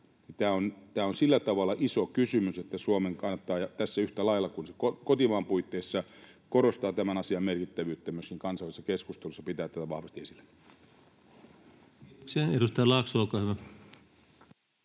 Tämä on sillä tavalla iso kysymys, että Suomen kannattaa yhtä lailla kotimaan puitteissa korostaa tämän asian merkittävyyttä kuin myöskin kansainvälisessä keskustelussa pitää tätä vahvasti esillä. [Speech 18] Speaker: Ensimmäinen